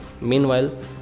Meanwhile